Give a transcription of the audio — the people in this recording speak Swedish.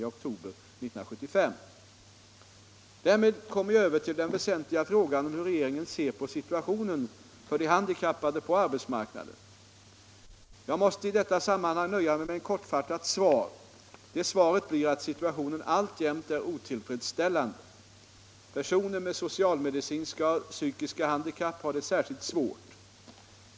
Därmed kommer jag över till den väsentliga frågan om hur regeringen ser på situationen för de handikappade på arbetsmarknaden. Jag måste i detta sammanhang nöja mig med ett kortfattat svar. Det svaret blir att situationen alltjämt är otillfredsställande. Personer med socialmedicinska och psykiska handikapp har det särskilt svårt.